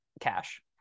cash